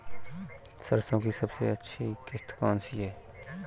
सरसो की सबसे अच्छी किश्त कौन सी है?